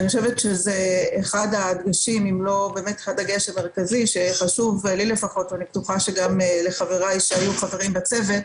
זה אחד הדגשים שחשוב לי לפחות ואני בטוחה שגם לחברי שהיו חברים בצוות,